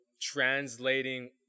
translating